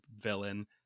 villain